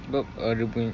sebab uh dia punya